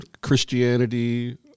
Christianity